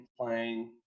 playing